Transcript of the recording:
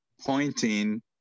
pointing